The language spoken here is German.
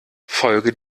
folge